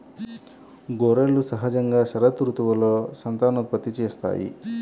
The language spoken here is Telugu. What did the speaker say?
గొర్రెలు సహజంగా శరదృతువులో సంతానోత్పత్తి చేస్తాయి